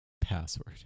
Password